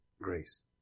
grace